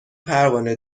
پروانه